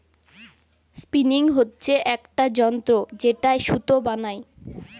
spinning হচ্ছে একটা যন্ত্র যেটায় সুতো বানাই